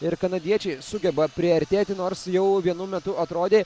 ir kanadiečiai sugeba priartėti nors jau vienu metu atrodė